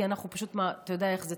אתה יודע איך זה,